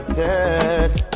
test